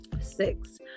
six